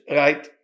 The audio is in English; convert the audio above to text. right